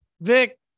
Vic